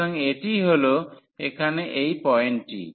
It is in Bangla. সুতরাং এটিই হল এখানে এই পয়েন্টটি